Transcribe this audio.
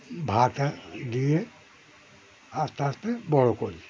ভাত দিয়ে আস্তে আস্তে বড়ো করি